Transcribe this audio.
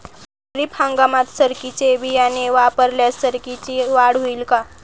खरीप हंगामात सरकीचे बियाणे वापरल्यास सरकीची वाढ होईल का?